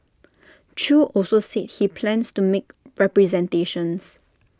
chew also said he plans to make representations